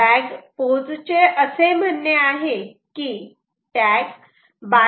back pose चे असे म्हणणे आहे की टॅग 12